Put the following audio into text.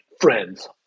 friends